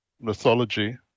mythology